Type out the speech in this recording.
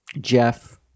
Jeff